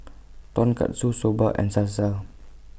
Tonkatsu Soba and Salsa